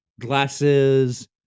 glasses